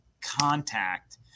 contact